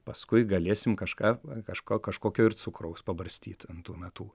paskui galėsim kažką kažko kažkokio ir cukraus pabarstyt ant tų natų